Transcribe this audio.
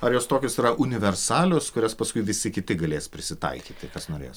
ar jos tokios yra universalios kurias paskui visi kiti galės prisitaikyti kas norės